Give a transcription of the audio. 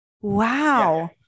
Wow